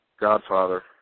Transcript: Godfather